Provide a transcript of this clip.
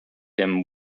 him